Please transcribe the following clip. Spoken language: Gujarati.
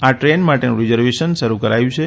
આ ટ્રેન માટેનું રીઝર્વેશન શરૂ કરાયું છે